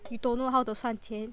you don't know how to 算钱